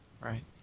Right